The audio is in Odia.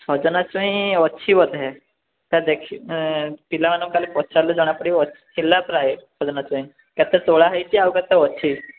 ସଜନା ଛୁଇଁ ଅଛି ବୋଧେ ତାକୁ ଦେଖି ପିଲାମାନଙ୍କୁ ପଚାରିଲେ ଜଣାପଡ଼ିବ ଥିଲା ପ୍ରାୟ ସଜନା ଛୁଇଁ କେତେ ତୋଳା ହେଇଛି ଆଉ କେତେ ଅଛି